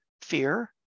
fear